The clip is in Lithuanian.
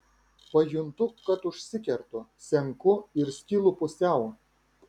pajuntu kad užsikertu senku ir skylu pusiau